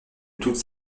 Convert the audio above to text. toute